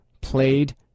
played